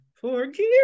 Forgive